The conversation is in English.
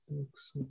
Looks